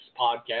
podcast